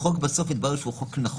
בסוף התברר שהחוק הוא חוק נכון.